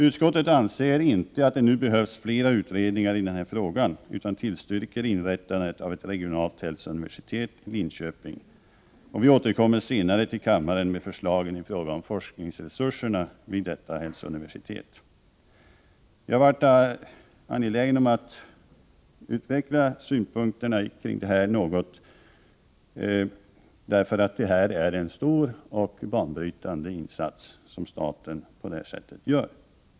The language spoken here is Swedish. Utskottet anser inte att det nu behövs fler utredningar i denna fråga utan tillstyrker inrättandet av ett regionalt hälsouniversitet i Linköping. Vi återkommer senare till kammaren med förslag i fråga om forskningsresurserna vid detta hälsouniversitet. Jag har varit angelägen om att något utveckla synpunkter kring detta, eftersom det är en stor och banbrytande insats som staten på det här sättet gör.